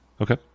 Okay